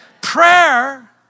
Prayer